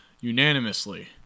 unanimously